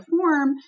form